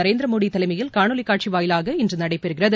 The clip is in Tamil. நரேந்திரமோடி தலைமையில் காணொலி காட்சி வாயிலாக இன்று நடைபெறுகிறது